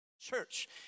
Church